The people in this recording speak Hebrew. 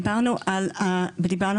דיברנו על ילדים,